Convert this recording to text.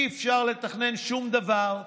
אי-אפשר לתכנן שום דבר,